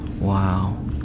wow